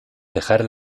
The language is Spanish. dejar